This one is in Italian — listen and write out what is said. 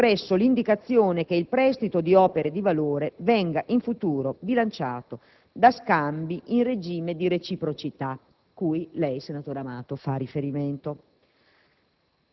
ed ha espresso l'indicazione che il prestito di opere di valore venga in futuro bilanciato da scambi in regime di reciprocità, cui lei, senatore Amato, fa riferimento.